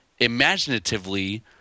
imaginatively